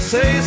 Say